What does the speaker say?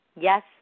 Yes